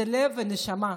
זה לב ונשמה.